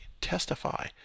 testify